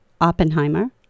oppenheimer